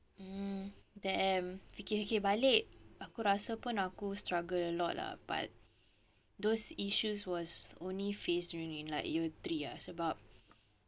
mm damn fikir-fikir balik aku rasa aku pun struggle a lot lah but those issues was only faced during in like year three ah so but